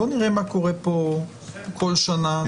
בואו נראה מה קורה פה כל שנה,